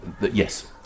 yes